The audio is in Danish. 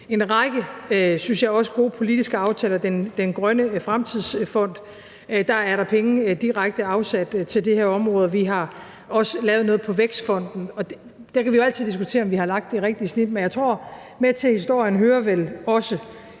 en række, synes jeg, også gode politiske aftaler, f.eks. om Danmarks Grønne Fremtidsfond, hvor der er penge direkte afsat til det her område. Vi har også lavet noget i forhold til Vækstfonden. Og der kan vi jo altid diskutere, om vi har lagt det rigtige snit, men jeg tror, at der med til historien vel også